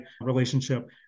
relationship